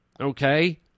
okay